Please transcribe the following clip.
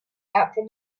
after